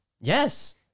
Yes